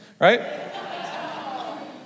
right